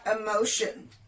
emotion